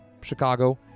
Chicago